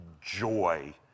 joy